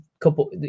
couple